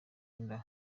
inda